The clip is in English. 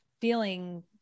feeling